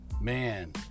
man